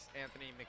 Anthony